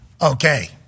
Okay